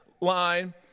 line